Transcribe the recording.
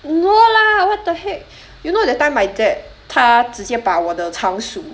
no lah what the heck you know that time my dad 他直接把我的仓鼠